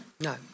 No